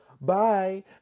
Bye